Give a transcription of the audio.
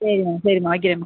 சரிம்மா சரிம்மா வைக்கிறேம்மா